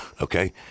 Okay